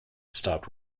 stopped